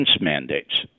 mandates